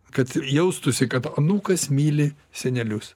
kad jaustųsi kad anūkas myli senelius